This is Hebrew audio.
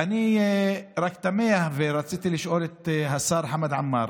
אני רק תמה, ורציתי לשאול את השר חמד עמאר,